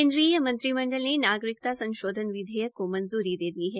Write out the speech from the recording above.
केन्द्रीय मंत्रिमंडल ने नागरिकता संशोधन विधेयक को मंजूरी दे दी है